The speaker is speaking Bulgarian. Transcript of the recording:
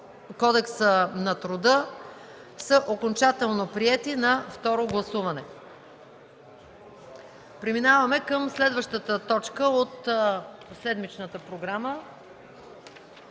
Кодекса на труда са окончателно приети на второ гласуване. Преминаваме към следващата точка от седмичната програма: